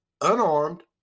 unarmed